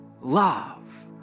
Love